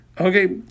Okay